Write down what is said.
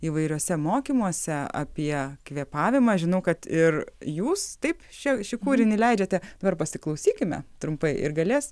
įvairiuose mokymuose apie kvėpavimą žinau kad ir jūs taip šį šį kūrinį leidžiate dabar pasiklausykime trumpai ir galės